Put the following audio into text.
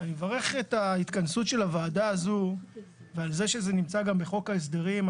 אני מברך את ההתכנסות של הוועדה הזו ועל זה שזה נמצא גם בחוק ההסדרים,